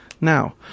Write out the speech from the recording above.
now